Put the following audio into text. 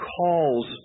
calls